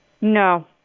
No